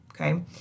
okay